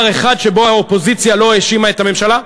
אחד שבו האופוזיציה לא האשימה את הממשלה,